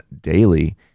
daily